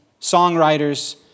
songwriters